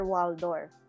Waldorf